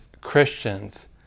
Christians